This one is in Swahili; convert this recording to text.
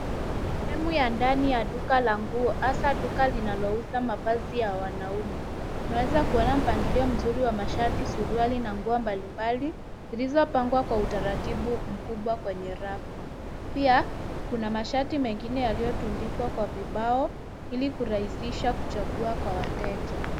Sehemu ya ndani ya duka la nguo, hasa duka linalouza mavazi ya wanaume. Tunaweza kuona mpangilio mzuri wa mashati, suruali na nguo mbalimbali zilizopangwa kwa utaratibu mkubwa kwenye rafu. Pia, kuna mashati mengine yaliyotundikwa kwa vibao ili kurahisisha kuchagua kwa wateja.